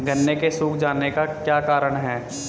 गन्ने के सूख जाने का क्या कारण है?